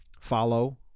follow